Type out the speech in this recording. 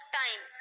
time